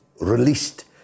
released